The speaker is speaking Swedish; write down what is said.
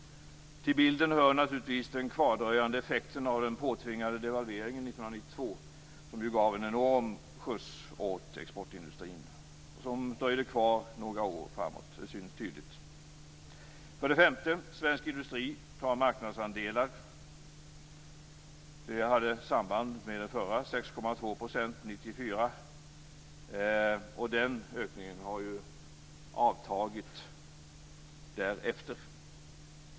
Till bilden hör naturligtvis kvardröjande effekter av den påtvingade devalveringen 1992, som gav en enorm skjuts åt exportindustrin, som dröjde kvar några år framåt. Det syns tydligt. För det femte: "Svensk industri tar marknadsandelar." Det hade samband med det förra, och 1994 var det 6,2 %. Den ökningen har avtagit därefter.